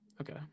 okay